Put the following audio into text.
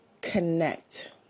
connect